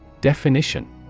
Definition